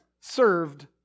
served